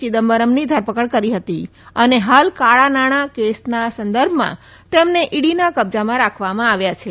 ચિદમ્બરમની ધરપકડ કરી હતી અને હાલ કાળા નાણાં કેસના સંદર્ભમાં તેમને ઇડીના કબ્જામાં રાખવામાં આવ્યા છે